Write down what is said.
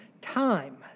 time